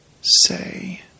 say